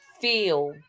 feel